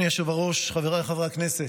אדוני היושב-ראש, חבריי חברי הכנסת,